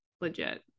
legit